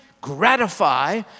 gratify